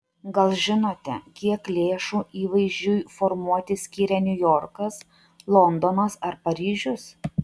gal žinote kiek lėšų įvaizdžiui formuoti skiria niujorkas londonas ar paryžius